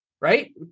right